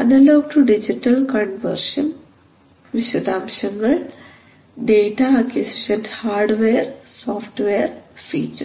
analogue to digital conversion വിശദാംശങ്ങൾ data acquisition hardware software features data acquisition hardware software features